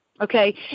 okay